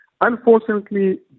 Unfortunately